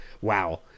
Wow